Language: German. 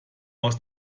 aus